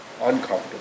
uncomfortable